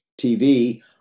TV